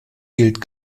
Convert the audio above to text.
gilt